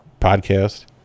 podcast